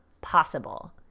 possible